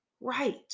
right